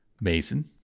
Mason